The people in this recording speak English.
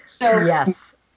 Yes